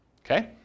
Okay